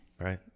right